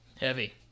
Heavy